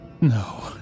No